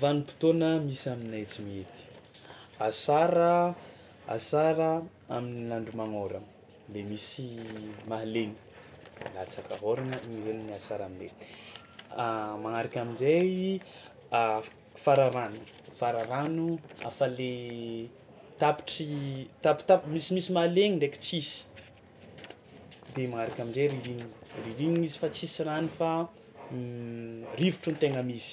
Vanimpotoana misy aminay Tsimihety: asara asara amin'ny andro magnôragna le misy mahaleny latsaka hôragna igny zany miasara am'regny, magnaraka amin-jay fararano fararano afa le tapitry tapitap- misimisy mahaleny ndraiky tsisy de magnaraka amin-jay rirignina rirignina izy fa tsisy rano fa rivotro no tegna misy